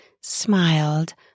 smiled